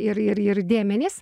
ir ir ir dėmenys